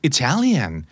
Italian